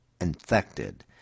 infected